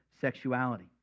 sexuality